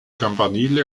campanile